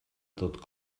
tot